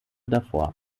davor